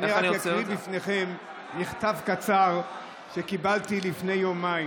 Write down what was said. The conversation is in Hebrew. אני רק אקריא בפניכם מכתב קצר שקיבלתי לפני יומיים: